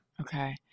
Okay